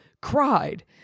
cried